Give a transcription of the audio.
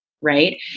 right